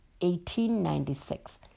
1896